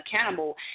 accountable